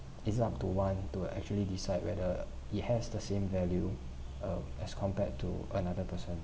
it's up to one to actually decide whether it has the same value uh as compared to another person